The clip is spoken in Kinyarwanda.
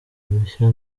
mushya